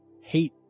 hate